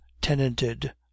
tenanted